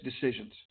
decisions